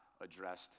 addressed